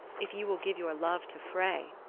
if you will give your love to frey,